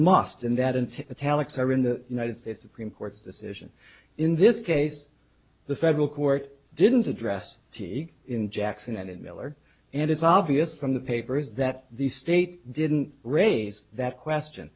that and the talents are in the united states supreme court's decision in this case the federal court didn't address in jackson and in miller and it's obvious from the papers that the state didn't raise that question